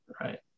Right